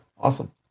Awesome